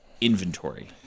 inventory